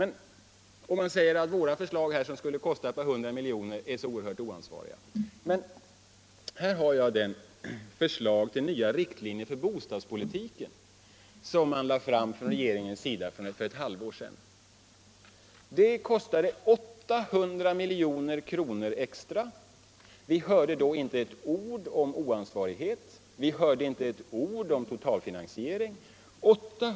När vi lägger fram förslag, som skulle kosta ett par hundra miljoner, då är vi oansvariga. Regeringen föreslog för ett halvår sedan nya riktlinjer för bostadspolitiken. Där finns kostnader på 800 milj.kr. extra. Vi hörde då inte ett ord om oansvarighet och inte heller om totalfinansiering.